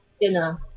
dinner